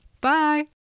Bye